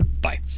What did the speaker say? Bye